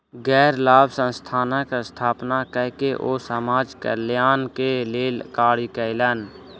गैर लाभ संस्थानक स्थापना कय के ओ समाज कल्याण के लेल कार्य कयलैन